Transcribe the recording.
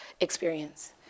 experience